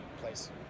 place